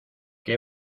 que